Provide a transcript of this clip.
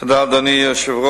תודה, אדוני היושב-ראש.